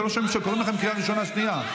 אתם לא שומעים שקוראים לכם בקריאה ראשונה ושנייה.